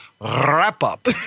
wrap-up